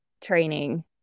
training